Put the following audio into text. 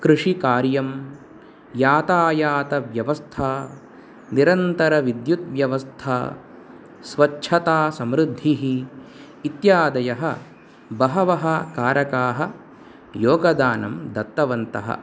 कृषिकार्यं यातायातव्यवस्था निरन्तरविद्युद्व्यवस्था स्वच्छतासमृद्धिः इत्यादयः बहवः कारकाः योगदानं दत्तवन्तः